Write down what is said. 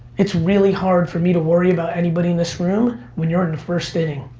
it's really hard for me to worry about anybody in this room when you're in the first inning,